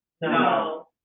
No